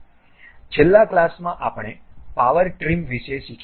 છેલ્લા ક્લાસમાં આપણે પાવર ટ્રીમ વિશે શીખ્યા